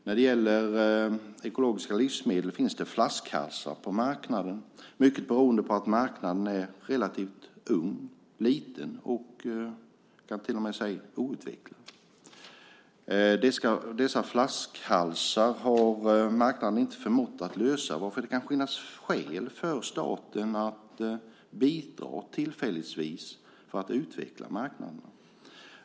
När det gäller ekologiska livsmedel finns det flaskhalsar på marknaden, mycket beroende på att marknaden är relativt ung, liten och - det kan man till och med säga - outvecklad. Dessa flaskhalsar har marknaden inte förmått att komma till rätta med, varför det kan finnas skäl för staten att tillfälligtvis bidra för att utveckla marknaden.